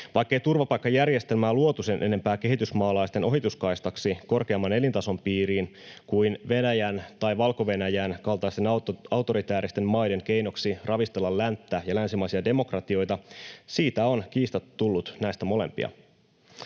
Vaikkei turvapaikkajärjestelmää luotu sen enempää kehitysmaalaisten ohituskaistaksi korkeamman elintason piiriin kuin Venäjän tai Valko-Venäjän kaltaisten autoritääristen maiden keinoksi ravistella länttä ja länsimaisia demokratioita, siitä on kiistatta tullut näistä molempia.